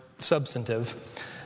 substantive